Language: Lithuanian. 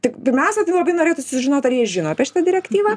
tik pirmiausia tai labai norėtųsi sužinot ar jie žino apie šitą direktyvą